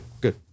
good